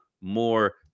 more